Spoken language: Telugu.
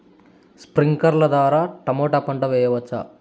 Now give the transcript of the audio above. స్ప్రింక్లర్లు ద్వారా టమోటా పంట చేయవచ్చా?